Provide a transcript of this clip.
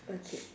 okay